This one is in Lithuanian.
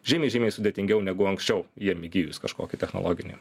žymiai žymiai sudėtingiau negu anksčiau jam įgijus kažkokį technologinį